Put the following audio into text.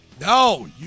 No